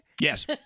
Yes